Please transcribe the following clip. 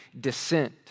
descent